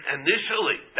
initially